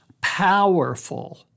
powerful